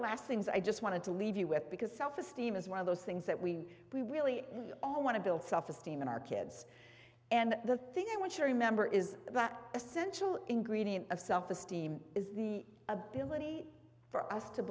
last things i just wanted to leave you with because self esteem is one of those things that we really all want to build self esteem in our kids and the thing they want to remember is that essential ingredient of self esteem is the ability for us to